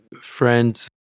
friends